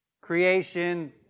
creation